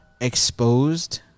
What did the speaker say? exposed